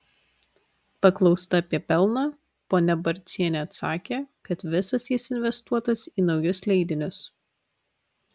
paklausta apie pelną ponia barcienė atsakė kad visas jis investuotas į naujus leidinius